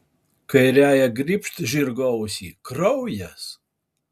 kairiąja grybšt žirgo ausį kraujas